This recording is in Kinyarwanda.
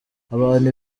abantu